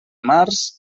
març